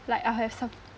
like I have some